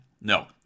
No